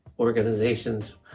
organizations